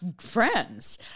friends